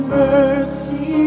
mercy